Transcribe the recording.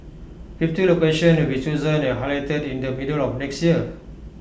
fifty locations will be chosen and highlighted in the middle of next year